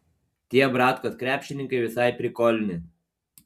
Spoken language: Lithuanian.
tie bratkos krepšininkai visai prikolni